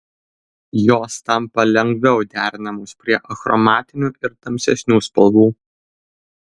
jos tampa lengviau derinamos prie achromatinių ir tamsesnių spalvų